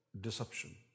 deception